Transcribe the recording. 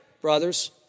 brothers